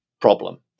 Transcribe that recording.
problem